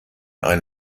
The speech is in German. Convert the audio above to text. ein